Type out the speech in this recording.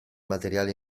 materiale